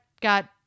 got